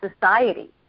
society